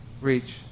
reach